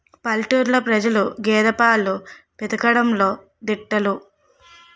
పల్లెటూరు ప్రజలు గేదె పాలు పితకడంలో దిట్టలు